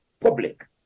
public